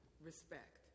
Respect